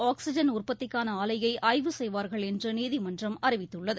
oxygen உற்பத்திக்கானஆலையைஆய்வு செய்வார்கள் என்றுநீதிமன்றம் அறிவித்துள்ளது